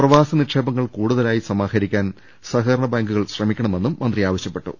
പ്രവാസി നിക്ഷേപങ്ങൾ കൂടുതലായി സമാഹരിക്കാൻ സഹകരണ ബാങ്കു കൾ ശ്രമിക്കണമെന്നും മന്ത്രി ആവശ്യപ്പെട്ടു